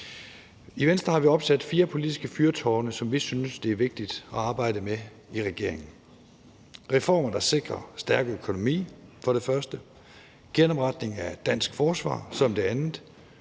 I Venstre har vi opsat fire politiske fyrtårne, som vi synes det er vigtigt at arbejde med i regeringen: reformer, der sikrer en stærk økonomi, for det første; en genopretning af dansk forsvar som det andet;